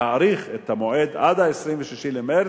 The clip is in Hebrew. להאריך את המועד עד ה-26 במרס,